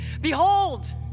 Behold